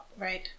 Right